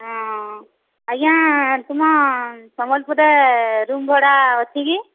ହଁ ଆଜ୍ଞା ତୁମ ସମ୍ୱଲପୁରରେ ରୁମ୍ ଭଡ଼ା ଅଛି କି